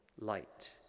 light